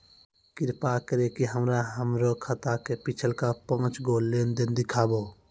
कृपा करि के हमरा हमरो खाता के पिछलका पांच गो लेन देन देखाबो